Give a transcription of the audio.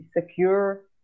secure